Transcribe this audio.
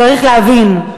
צריך להבין,